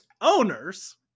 owners